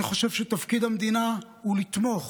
אני חושב שתפקיד המדינה הוא לתמוך,